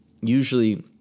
usually